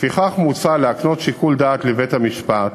לפיכך מוצע להקנות שיקול דעת לבית-המשפט